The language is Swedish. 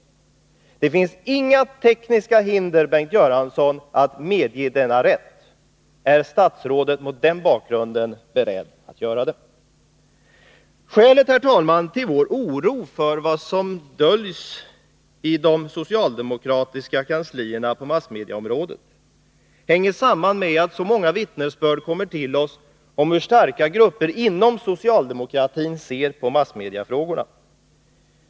Det finns, Bengt Göransson, inga tekniska hinder att medge denna rätt. Är statsrådet mot den bakgrunden beredd att göra det? Skälet, herr talman, till vår oro för vad som i de socialdemokratiska kanslierna döljs på massmedieområdet är att vi får så många vittnesbörd om hur negativt starka grupper inom socialdemokratin ser på massmediefrågorna.